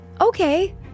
okay